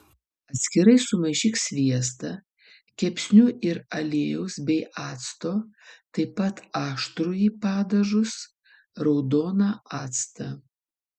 atskirai sumaišyk sviestą kepsnių ir aliejaus bei acto taip pat aštrųjį padažus raudoną actą